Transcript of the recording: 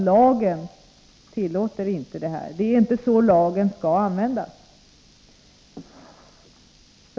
Lagen tillåter inte detta. Det är inte så lagen skall användas.